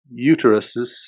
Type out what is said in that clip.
uteruses